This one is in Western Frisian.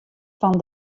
fan